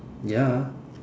ya